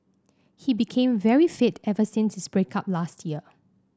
he became very fit ever since his break up last year